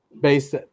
based